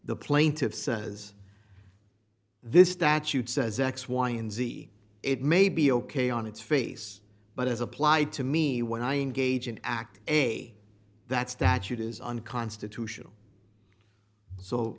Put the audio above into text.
the plaintiffs says this statute says x y and z it may be ok on its face but as applied to me when i engage in act a that statute is unconstitutional so